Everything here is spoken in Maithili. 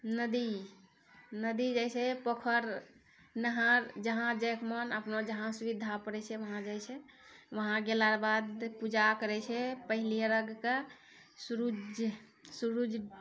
नदी नदी जाइ छै पोखरि नहरि जहाँ जाइ कऽ मोन अपनो जहाँ सुबिधा पड़ै छै उहाँ जाइ छै उहाँ गेलाके बाद पूजा करै छै पहिली अरघ के सुरुज सुरुज